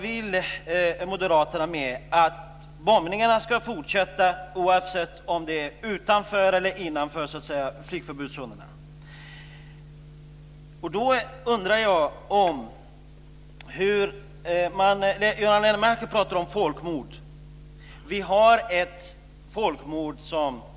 Vill moderaterna att bombningarna ska fortsätta, oavsett om de sker utanför eller innanför flygförbudszonen? Göran Lennmarker pratar om folkmord.